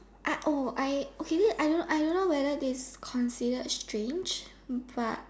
I oh I okay wait I don't know I don't know whether that consider strange but